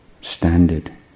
standard